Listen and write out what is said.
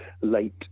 late